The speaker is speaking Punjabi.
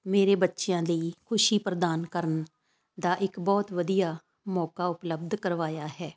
ਮੇਰੇ ਬੱਚਿਆਂ ਲਈ ਖੁਸ਼ੀ ਪ੍ਰਦਾਨ ਕਰਨ ਦਾ ਇੱਕ ਬਹੁਤ ਵਧੀਆ ਮੌਕਾ ਉਪਲੱਬਧ ਕਰਵਾਇਆ ਹੈ